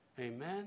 Amen